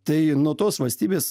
tai nuo tos valstybės